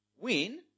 win